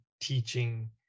teaching